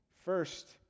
First